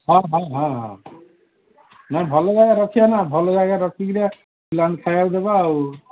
ହଁ ହଁ ହଁ ହଁ ନାଇଁ ଭଲ ଜାଗାରେ ରଖିବା ନା ଭଲ ଜାଗା ରଖିକିରି ପିଲାଙ୍କୁ ଖାଇବାକୁ ଦେବା ଆଉ